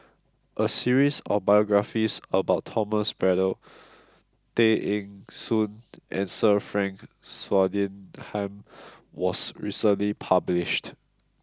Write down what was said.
a series of biographies about Thomas Braddell Tay Eng Soon and Sir Frank Swettenham was recently published